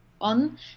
on